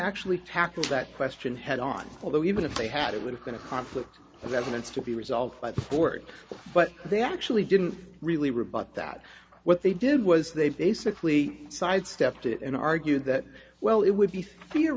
actually tackle that question head on although even if they had it would have been a conflict of evidence to be resolved by the court but they actually didn't really rebut that what they did was they basically sidestepped it in argued that well it would be